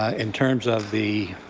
ah in terms of the